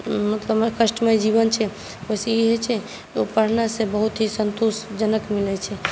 मतलब कष्टमय जीवन छै ओहिसँ ई होइत छै ओ पढ़नाइसँ बहुत ही सन्तोषजनक मिलैत छै